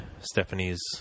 stephanie's